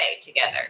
together